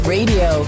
Radio